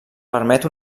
permet